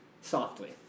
Softly